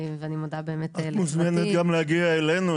אז מוזמנת גם להגיע אלינו.